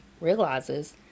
realizes